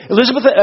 Elizabeth